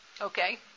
Okay